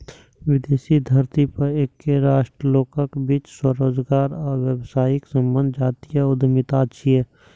विदेशी धरती पर एके राष्ट्रक लोकक बीच स्वरोजगार आ व्यावसायिक संबंध जातीय उद्यमिता छियै